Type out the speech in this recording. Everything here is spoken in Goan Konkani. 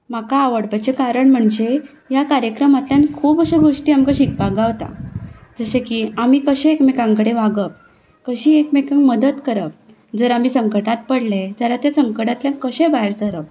म्हाका आवडपाचें कारण म्हणचे ह्या कार्यक्रमांतल्यान खूब अश्यो गोश्टी आमकां शिकपाक गावता जशें की आमी कशे एकामेकां कडेन वागप कशी एकामेकांक मदत करप जर आमी संकटांत पडले जाल्यार ते संकंटांतल्यान कशे भायर सरप